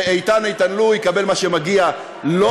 ואיתן, איתן-לו, יקבל מה שמגיע לו,